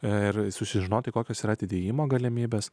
ir susižinoti kokios yra atidėjimo galimybes